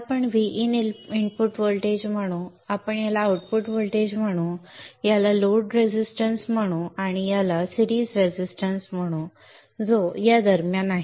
आपण याला Vin input voltage म्हणू आपण याला आउटपुट व्होल्टेज म्हणू आपण याला लोड रेझिस्टर म्हणू आणि आपण याला सीरिज रेझिस्टन्स म्हणू जो दरम्यान आहे